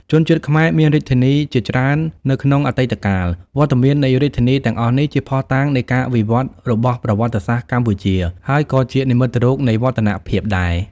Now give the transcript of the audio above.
ជនជាតិខ្មែរមានរាជធានីជាច្រើននៅក្នុងអតីតកាល វត្តមាននៃរាជធានី ទាំងអស់នេះ ជាភស្តុតាងនៃការវិវឌ្ឍន៍របស់ប្រវត្តិសាស្ត្រកម្ពុជា ហើយក៏ជានិមិត្តរូប នៃវឌ្ឍនភាពដែរ ។